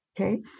Okay